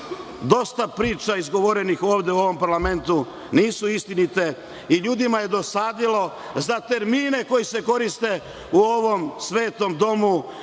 dosta priča izgovorenih ovde u parlamentu nisu istinite i ljudima su dosadili termini koji se koriste u ovom svetom domu